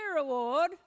Award